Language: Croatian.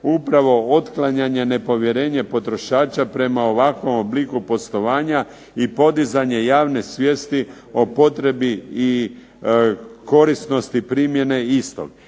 upravo otklanjanje nepovjerenje potrošača prema ovakvom obliku poslovanja, i podizanje javne svijesti o potrebi i korisnosti primjene istog.